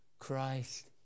Christ